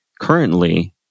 Currently